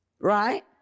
Right